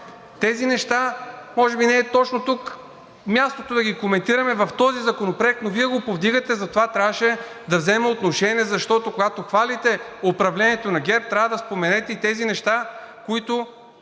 Тези неща може би не е точно тук мястото да ги коментираме в този законопроект, но Вие ги повдигате, затова трябваше да взема отношение, защото, когато хвалите управлението на ГЕРБ, трябва да споменете и тези неща, които